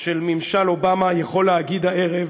של ממשל אובמה, יכול להגיד הערב